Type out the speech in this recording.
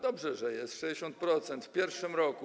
Dobrze, że jest 60% w pierwszym roku.